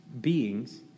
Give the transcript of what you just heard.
beings